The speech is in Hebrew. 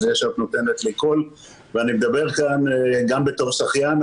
על זה שאת נותנת לי קול ואני מדבר כאן גם בתור שחיין,